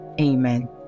Amen